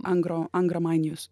angro angramainijus